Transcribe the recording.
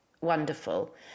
wonderful